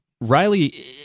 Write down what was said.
Riley